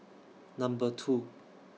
Number two